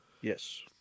Yes